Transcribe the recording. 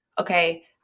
okay